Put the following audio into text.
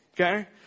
okay